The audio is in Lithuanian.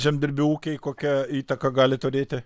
žemdirbių ūkiai kokią įtaką gali turėti